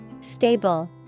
Stable